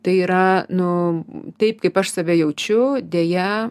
tai yra nu taip kaip aš save jaučiu deja